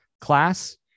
class